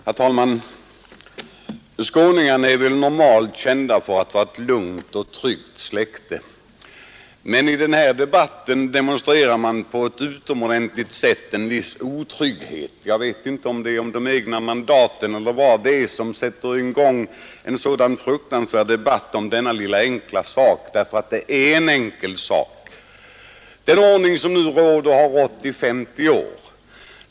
Herr talman! Skåningarna är normalt kända för att vara ett lugnt och tryggt släkte. Men i denna debatt demonstrerar man på ett utomordentligt sätt en viss otrygghet. Jag vet inte om det är oron för de egna mandaten eller något annat som sätter i gång en så fruktansvärd debatt om denna lilla enkla sak. Ty det är en enkel sak. Den ordning som nu råder har rått i 50 år.